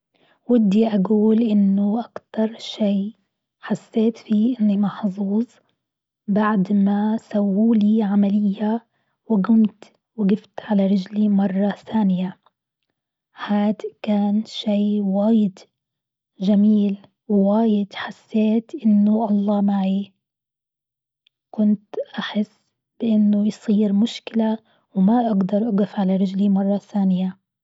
ودي أقول إنه أكثر شيء حسيت فيه إني محظوظ بعد ما سووا لي عملية وقمت وقفت على رجلي مرة ثانية، هاد كان شيء واجد جميل وواجد حسيت الله معي، كنت أحس بإنه يصير مشكلة وما أقدر أقف على رجلي مرة ثانية.